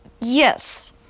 Yes